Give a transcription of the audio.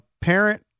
Parent